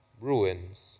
ruins